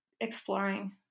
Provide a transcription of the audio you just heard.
exploring